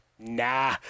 Nah